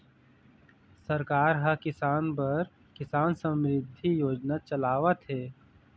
सरकार ह किसान बर किसान समरिद्धि योजना चलावत हे